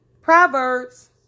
Proverbs